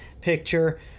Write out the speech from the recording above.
picture